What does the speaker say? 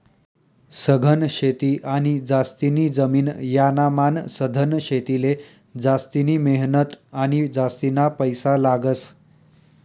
सघन शेती आणि जास्तीनी जमीन यानामान सधन शेतीले जास्तिनी मेहनत आणि जास्तीना पैसा लागस